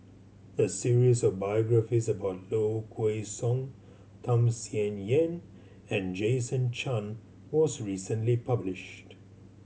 a series of biographies about Low Kway Song Tham Sien Yen and Jason Chan was recently published